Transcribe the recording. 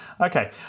Okay